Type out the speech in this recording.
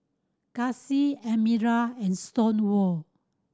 Kacy Admiral and Stonewall